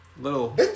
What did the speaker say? little